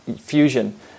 fusion